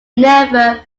never